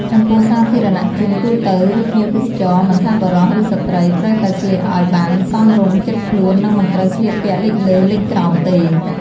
ចំពោះសាធារណៈជនទូទៅ ឬភ្ញៀវទេសចរណ៍ មិនថាបុរសឬស្រ្តីត្រូវតែស្លៀកឲ្យបានសមរម្យជិតខ្លួន និងមិនត្រូវស្លៀកពាក់លិចលើលិចក្រោមទេ។